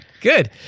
Good